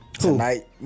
Tonight